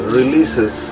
releases